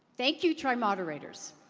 thank you, try moderators,